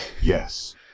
Yes